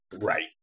Right